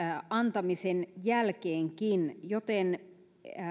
antamisen jälkeenkin joten